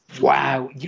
Wow